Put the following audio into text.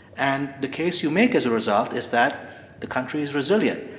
and the case you make as a result is that the country is resilient.